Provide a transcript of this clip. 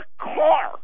car